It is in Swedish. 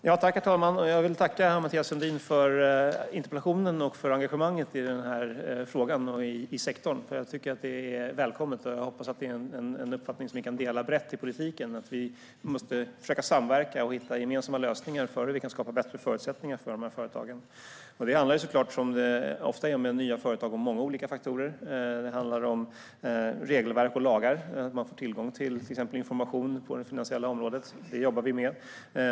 Herr talman! Jag vill tacka Mathias Sundin för interpellationen och för engagemanget i denna fråga och denna sektor. Det är välkommet. Jag hoppas att det är en uppfattning som vi kan dela brett i politiken att vi måste försöka samverka och hitta gemensamma lösningar för hur vi kan skapa bättre förutsättningar för dessa företag. Det handlar såklart om, som det ofta gör när det gäller nya företag, många olika faktorer. Det handlar om regelverk och lagar och att man får tillgång till exempelvis information på det finansiella området. Det jobbar vi med.